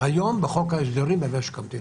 היום בחוק ההסדרים במשק המדינה.